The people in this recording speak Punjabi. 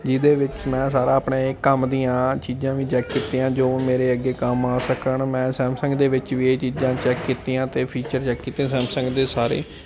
ਜਿਹਦੇ ਵਿੱਚ ਮੈਂ ਸਾਰਾ ਆਪਣੇ ਕੰਮ ਦੀਆਂ ਚੀਜ਼ਾਂ ਵੀ ਚੈੱਕ ਕੀਤੀਆਂ ਜੋ ਮੇਰੇ ਅੱਗੇ ਕੰਮ ਆ ਸਕਣ ਮੈਂ ਸੈਮਸੰਗ ਦੇ ਵਿੱਚ ਵੀ ਇਹ ਚੀਜ਼ਾਂ ਚੈੱਕ ਕੀਤੀਆਂ ਅਤੇ ਫੀਚਰ ਚੈੱਕ ਕੀਤੇ ਸੈਮਸੰਗ ਦੇ ਸਾਰੇ